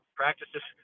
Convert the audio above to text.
practices